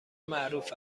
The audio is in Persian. معروف